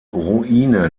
ruine